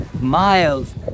miles